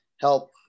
help